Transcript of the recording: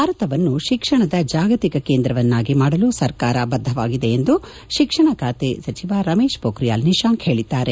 ಭಾರತವನ್ನು ಶಿಕ್ಷಣದ ಜಾಗತಿಕ ಕೇಂದ್ರವನ್ನಾಗಿ ಮಾಡಲು ಸರ್ಕಾರ ಬಧವಾಗಿದೆ ಎಂದು ಶಿಕ್ಷಣ ಖಾತೆ ಸಚಿವ ರಮೇಶ್ ಪೋಖ್ರಿಯಾಲ್ ನಿಶಾಂಕ್ ಹೇಳಿದ್ದಾರೆ